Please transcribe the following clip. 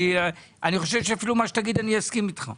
אני חושב שאפילו מה שתגיד, אני אסכים איתך.